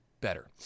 better